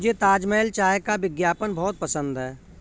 मुझे ताजमहल चाय का विज्ञापन बहुत पसंद है